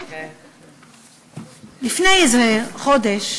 לפני איזה חודש,